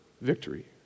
victory